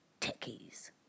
techies